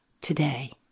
today